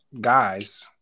guys